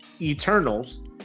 eternals